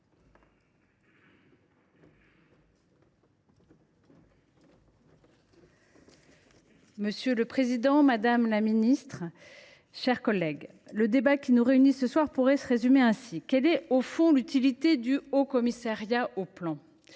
Monsieur le président, madame la ministre, mes chers collègues, le débat qui nous réunit ce soir pourrait se résumer ainsi : quelle est au fond l’utilité du Haut Commissariat au plan